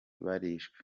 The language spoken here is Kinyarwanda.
barishwe